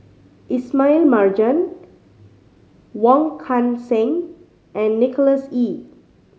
Ismail Marjan Wong Kan Seng and Nicholas Ee